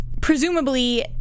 presumably